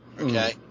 okay